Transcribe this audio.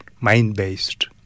mind-based